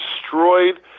destroyed